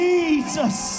Jesus